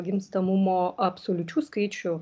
gimstamumo absoliučių skaičių